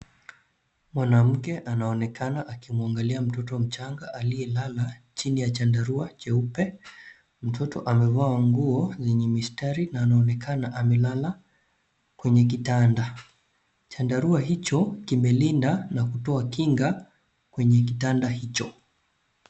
Mwanamke anaoekana akimwangalia mtoto mchanga aliyelala chini ya chandarua cheupe. Mtoto amevaa nguo yenye mistari anonekana amelala kwenye kitanda. Chandarua hicho kimelinda na kutoa kinga kwenye kitanda hicho.